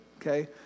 okay